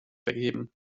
vergeben